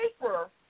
paper